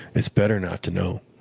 it's better not to know.